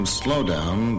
slowdown